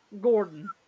Gordon